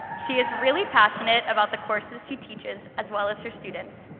she is really passionate about the courses she teaches, as well as her students.